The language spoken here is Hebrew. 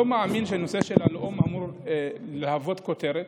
לא מאמין שהנושא של הלאום אמור להוות כותרת,